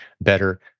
better